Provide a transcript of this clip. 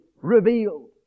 revealed